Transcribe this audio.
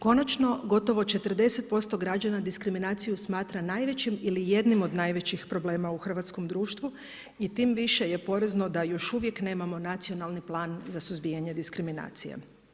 Konačno, gotovo 40% građana diskriminaciju smatra najvećem ili jednim od najvećih problema u hrvatskom društvu i tim više je porazno da još uvijek nemamo nacionalni plan za suzbijanje diskriminacije.